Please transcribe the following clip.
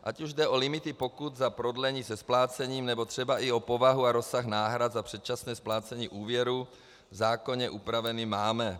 Ať už jde o limity pokut za prodlení se splácením, nebo třeba i o povahu a rozsah náhrad za předčasné splácení úvěru, v zákoně je upravené máme.